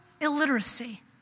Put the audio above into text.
illiteracy